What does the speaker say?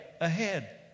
ahead